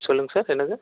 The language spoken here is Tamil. சொல்லுங்கள் சார் என்னது